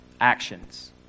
actions